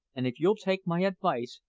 and if you'll take my advice,